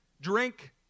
drink